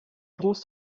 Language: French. grandes